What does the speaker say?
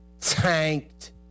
tanked